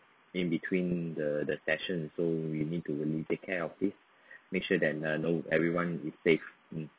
in between the the session so we need to really take care of this make sure that no everyone is safe